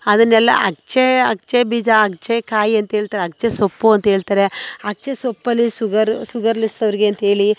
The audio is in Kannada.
ಅದನ್ನೆಲ್ಲ ಅಗಸೆ ಅಗಸೆ ಬೀಜ ಅಗಸೆಕಾಯಿ ಅಂಥೇಳ್ತಾರೆ ಅಗಸೆ ಸೊಪ್ಪು ಅಂಥೇಳ್ತಾರೆ ಅಗಸೆ ಸೊಪ್ಪಲ್ಲಿ ಸುಗರ್ ಸುಗರ್ಲೆಸ್ ಅವರಿಗೆ ಅಂಥೇಳಿ